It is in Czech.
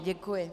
Děkuji.